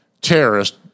terrorist